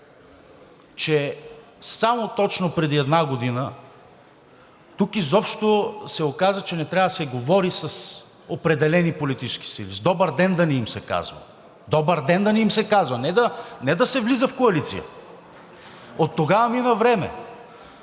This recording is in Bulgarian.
че само точно преди една година тук изобщо се оказа, че не трябва да се говори с определени политически сили – „добър ден“ да не им се казва, „добър ден“ да не им се казва, а не да се влиза в коалиция. Оттогава мина време.